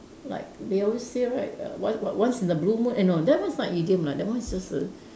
like they always say right err o~ once in a blue moon eh no that one is not an idiom lah that one is just a